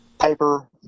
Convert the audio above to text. paper